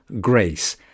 Grace